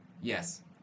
yes